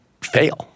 fail